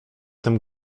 tym